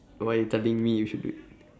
why you telling me you should do it